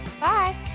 Bye